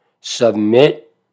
Submit